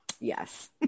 Yes